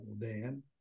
Dan